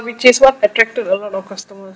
which is what attracted a lot of customers